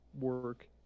work